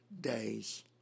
days